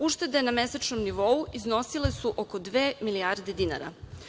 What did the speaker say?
Uštede na mesečnom nivou iznosile su oko dve milijarde dinara.